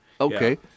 Okay